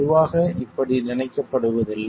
பொதுவாக இப்படி நினைக்கப்படுவதில்லை